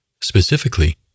specifically